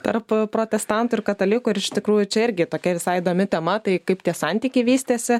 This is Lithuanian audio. tarp protestantų ir katalikų ir iš tikrųjų čia irgi tokia visai įdomi tema tai kaip tie santykiai vystėsi